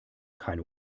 keine